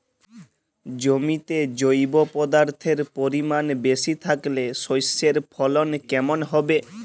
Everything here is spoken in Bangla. জমিতে জৈব পদার্থের পরিমাণ বেশি থাকলে শস্যর ফলন কেমন হবে?